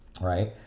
right